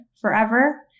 forever